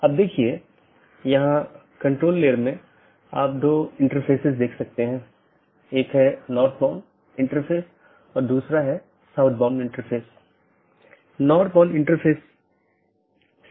अब अगर हम BGP ट्रैफ़िक को देखते हैं तो आमतौर पर दो प्रकार के ट्रैफ़िक होते हैं एक है स्थानीय ट्रैफ़िक जोकि एक AS के भीतर ही होता है मतलब AS के भीतर ही शुरू होता है और भीतर ही समाप्त होता है